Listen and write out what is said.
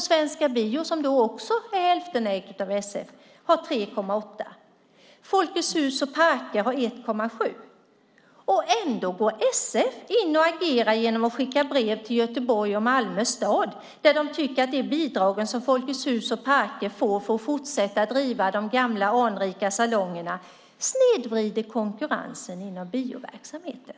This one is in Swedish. Svensk bio, som alltså till hälften ägs av SF, har 3,8 procent. Folkets Hus och Parker har 1,7 procent, och ändå går SF in och agerar genom att skicka brev till Göteborgs och Malmö kommuner där man skriver att man tycker att de bidrag som Folkets Hus och Parker får för att fortsätta driva de gamla, anrika salongerna snedvrider konkurrensen inom bioverksamheten.